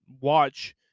watch